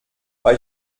bei